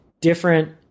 different